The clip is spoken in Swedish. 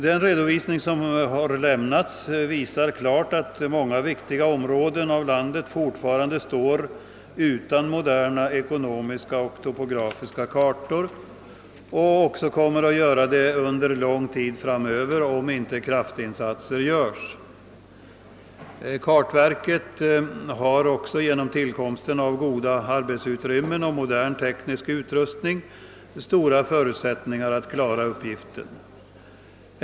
Den redovisning som har lämnats visar klart att många viktiga områden av landet fortfarande står utan moderna ekonomiska och topografiska kartor och också, kommer att göra det under lång tid framöver, om inte kraftinsatser sker. Kartverket har genom tillkomsten av goda arbetsutrymmen och modern teknisk utrustning stora förutsättningar att klara uppgiften.